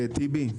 טיבי,